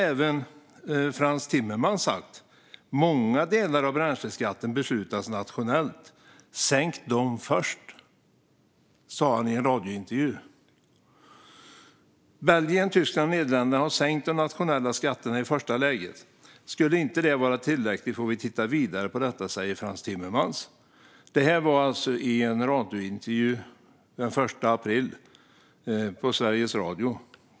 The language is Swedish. Även Frans Timmermans har sagt att många delar av bränsleskatten beslutas nationellt. Sänk dem först. Belgien, Tyskland och Nederländerna har sänkt den nationella skatten i första läget. Skulle det inte vara tillräckligt får vi titta vidare på detta, säger Frans Timmermans. Det sa han i en intervju den 1 april i Sveriges Radio.